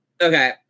Okay